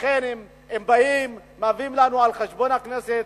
לכן הם באים, מביאים לנו על חשבון הכנסת.